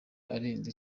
arenze